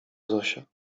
zosia